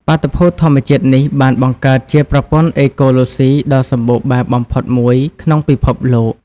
បាតុភូតធម្មជាតិនេះបានបង្កើតជាប្រព័ន្ធអេកូឡូស៊ីដ៏សម្បូរបែបបំផុតមួយក្នុងពិភពលោក។